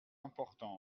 importante